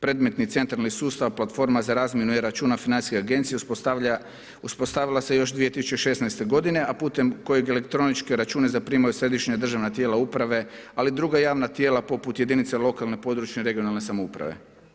Predmetni centralni sustav platforma za razmjenu e-računa Financijske agencije uspostavila se još 2016. godine, a putem kojeg elektroničke račune zaprimanju središnja državna tijela uprave, ali i druga javna tijela poput jedinica lokalne i područne regionalne samouprave.